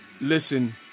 listen